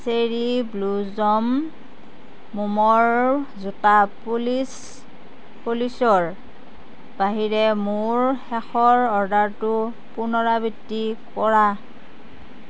cherry blossom মোমৰ জোতা polish পলিচৰ বাহিৰে মোৰ শেষৰ অৰ্ডাৰটো পুনৰাবৃত্তি কৰা